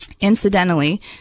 Incidentally